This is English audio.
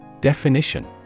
Definition